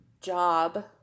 job